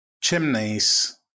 Chimneys